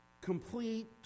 complete